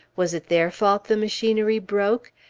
was it their fault the machinery broke?